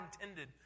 intended